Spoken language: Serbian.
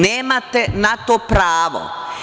Nemate na to pravo.